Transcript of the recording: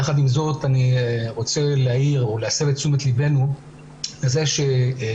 יחד עם זאת אני רוצה להעיר או להסב את תשומת ליבנו לזה שהמערכת,